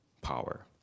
power